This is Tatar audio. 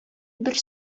бер